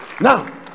Now